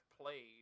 played